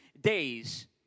days